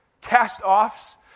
cast-offs